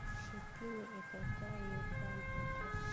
खेती में एकर का योगदान होखे?